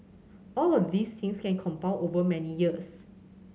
all of these things can compound over many years